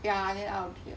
ya then I'll be a